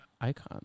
icon